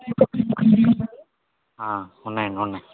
ఉన్నాయండి ఉన్నాయి